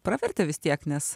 pravertė vis tiek nes